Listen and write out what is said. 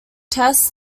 tests